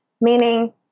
meaning